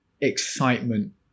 excitement